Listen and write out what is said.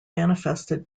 manifested